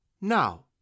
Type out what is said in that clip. Now